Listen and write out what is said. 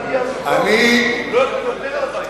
לא איך לוותר על הבית.